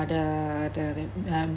the the um